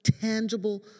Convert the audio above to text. tangible